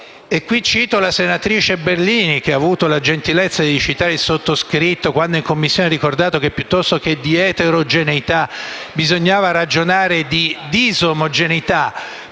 dunque citare la senatrice Bernini, che ha avuto la gentilezza di citare il sottoscritto, quando in Commissione ha ricordato che, piuttosto che di eterogeneità, si sarebbe dovuto ragionare di disomogeneità,